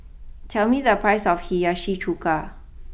tell me the price of Hiyashi Chuka